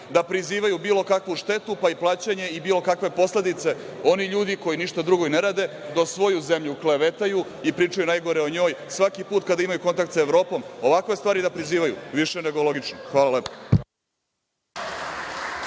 da prizivaju bilo kakvu štetu, pa i plaćanje i bilo kakve posledice, oni ljudi koji ništa drugo i ne rade do svoju zemlju do klevetaju i pričaju najgore o njoj, svaki put kada imaju kontakt sa Evropom, ovakve stvari da prizivaju, više nego logično. Hvala lepo.